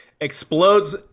explodes